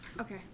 Okay